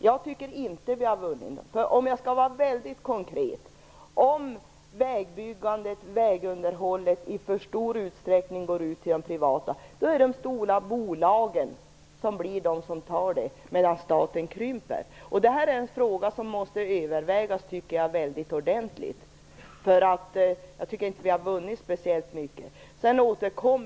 Jag tycker inte att vi vunnit någonting. Låt mig vara väldigt konkret: Om vägbyggandet och vägunderhållet i för stor utsträckning går över till de privata är det de stora bolagen som tar över, medan statens del krymper. Det är en fråga som måste övervägas ordentligt. Annars tycker jag inte att vi har vunnit speciellt mycket.